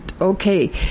Okay